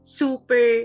super